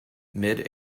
mid